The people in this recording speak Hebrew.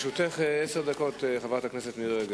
לרשותך עשר דקות, חברת הכנסת מירי רגב.